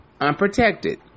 unprotected